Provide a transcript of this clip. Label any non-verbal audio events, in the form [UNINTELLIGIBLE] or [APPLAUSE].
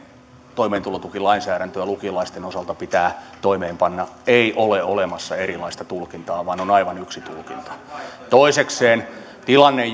toimeentulotukilainsäädäntö lukiolaisten osalta pitää toimeenpanna ei ole olemassa erilaista tulkintaa vaan on aivan yksi tulkinta toisekseen tilanne [UNINTELLIGIBLE]